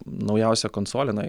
naujausia konsolė jinai